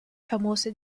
famose